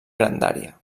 grandària